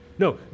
No